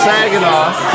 Saginaw